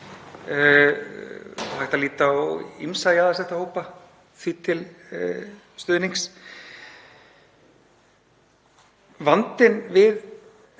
er að líta á ýmsa jaðarsetta hópa því til stuðnings. Vandinn við